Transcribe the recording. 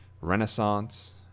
Renaissance